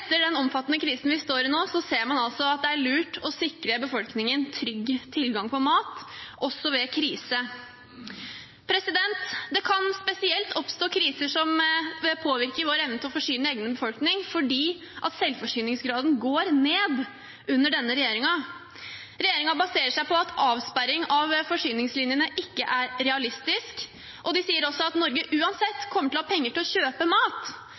nå, ser man at det er lurt å sikre befolkningen trygg tilgang på mat, også ved krise. Det kan spesielt oppstå kriser som bør påvirke vår evne til å forsyne egen befolkning, fordi selvforsyningsgraden går ned under denne regjeringen. Regjeringen baserer seg på at avsperring av forsyningslinjene ikke er realistisk, og de sier også at Norge uansett kommer til å ha penger til å kjøpe mat